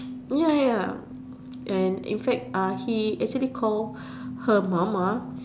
ya ya and in fact uh he actually call her mama